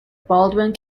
baldwin